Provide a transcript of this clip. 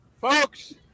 Folks